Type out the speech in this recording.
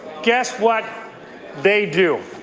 guess what they do?